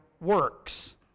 works